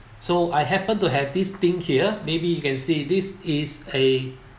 so I happen to have this thing here maybe you can see this is a